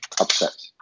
upset